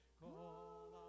call